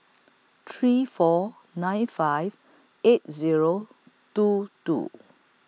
three four nine five eight Zero two two